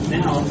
now